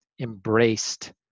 embraced